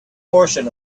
portion